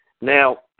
Now